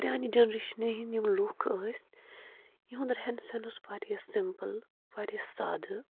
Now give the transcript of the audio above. پرٛانہِ جَنٛریشنہِ ہٕنٛدۍ یِم لوٗکھ ٲسۍ یِہُنٛد رہن سہن اوس واریاہ سِمپُل واریاہ سادٕ